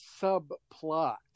subplot